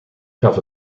gaf